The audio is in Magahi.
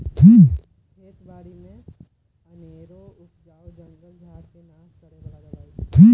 खेत बारि में अनेरो उपजल जंगल झार् के नाश करए बला दबाइ